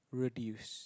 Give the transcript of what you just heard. reduce